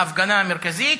ההפגנה המרכזית,